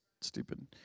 stupid